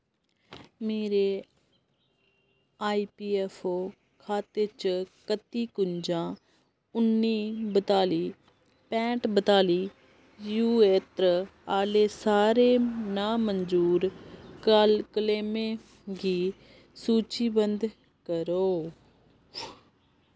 मेरे आईपीऐफ्फओ खाते चा कत्ती कुंजा उन्नी बताली पैंह्ठ बताली यू एत्र आह्ले सारे नामंजूर काल क्लेमें गी सूचीबंद करो